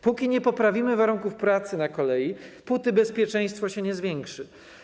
Póki nie poprawimy warunków pracy na kolei, póty bezpieczeństwo się nie zwiększy.